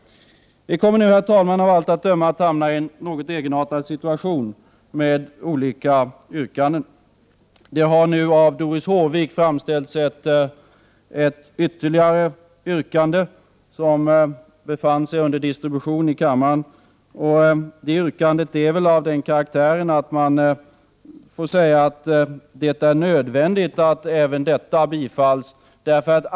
Vi kommer nu, herr talman, av allt att döma hamna i en något egenartad situation med olika yrkanden. Doris Håvik har framställt ytterligare ett yrkande, som nu har distribuerats till kammarens ledamöter. Det är av den karaktären att det nog är nödvändigt att bifalla det.